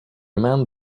man